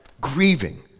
grieving